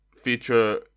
feature